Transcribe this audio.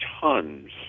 tons